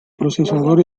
procesador